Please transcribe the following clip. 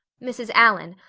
mrs. allan,